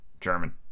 German